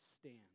stand